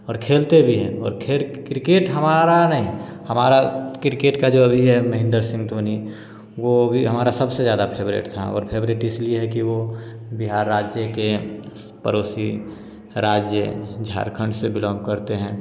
और खेलते भी हैं और खेल क्रिकेट हमारा नहीं हमारा क्रिकेट का जो अभी है महेंदर सिंह धोनी वह भी हमारा सबसे ज़्यादा फेवरेट था और फेवरेट इसलिए है कि वह बिहार राज्य के पड़ोसी राज्य झारखंड से बिलॉन्ग करते हैं